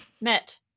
met